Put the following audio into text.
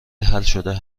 حلشده